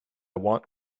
want